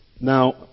Now